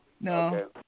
no